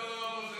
לא, לא, לא.